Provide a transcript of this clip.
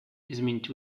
изменить